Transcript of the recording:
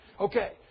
Okay